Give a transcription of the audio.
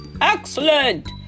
Excellent